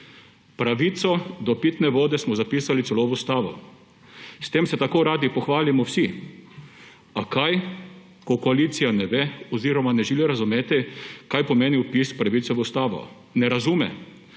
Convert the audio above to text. Pravico do pitne vode smo zapisali celo v ustavo. S tem se tako radi pohvalimo vsi, a kaj, ko koalicija ne ve oziroma ne želi razumeti, kaj pomeni vpis pravice v ustavo. Ne razume,